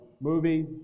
movie